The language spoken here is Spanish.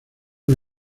una